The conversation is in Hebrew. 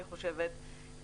אני חושבת,